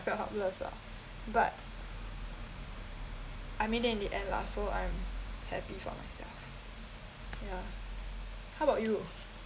felt helpless lah but I made that in the end lah so I'm happy for myself ya how about you